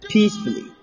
Peacefully